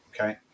okay